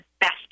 best